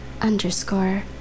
underscore